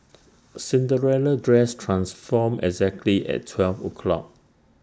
Cinderella's dress transformed exactly at twelve o'clock